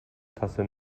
tasse